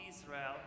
Israel